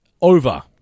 over